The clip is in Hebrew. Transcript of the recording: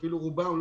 ואפילו רובם,